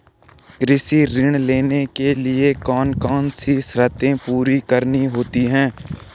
कृषि ऋण लेने के लिए कौन कौन सी शर्तें पूरी करनी होती हैं?